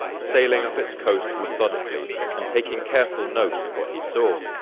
sailing up its coast methodically, and taking careful note of what he saw.